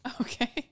okay